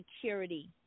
security